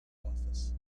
office